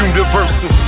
Universal